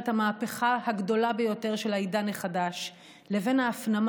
המהפכה הגדולה ביותר של העידן החדש לבין ההפנמה